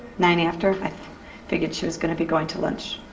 nine after? i figured she was gonna be going to lunch.